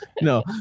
No